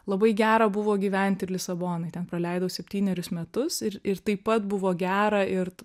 labai gera buvo gyventi ir lisabonoj ten praleidau septynerius metus ir ir taip pat buvo gera ir